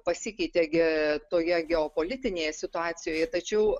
pasikeitė ge toje geopolitinėje situacijoje tačiau